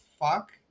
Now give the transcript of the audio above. fuck